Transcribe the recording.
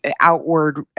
outward